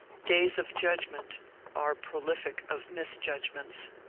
days of judgment are prolific of misjudgments.